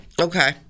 Okay